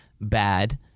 bad